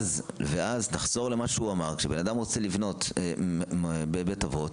ואז נחזור למה שהוא אמר: כשבן אדם רוצה לבנות בבית אבות,